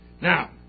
Now